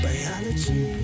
Biology